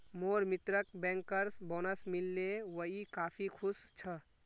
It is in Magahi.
मोर मित्रक बैंकर्स बोनस मिल ले वइ काफी खुश छ